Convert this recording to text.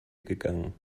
gegangen